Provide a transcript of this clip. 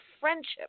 friendship